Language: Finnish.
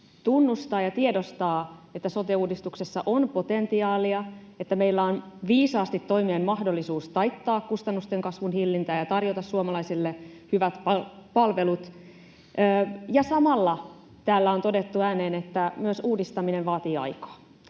tunnustaa ja tiedostaa, että sote-uudistuksessa on potentiaalia, että meillä on viisaasti toimien mahdollisuus taittaa, hillitä kustannusten kasvua ja tarjota suomalaisille hyvät palvelut. Samalla täällä on todettu ääneen, että myös uudistaminen vaatii aikaa.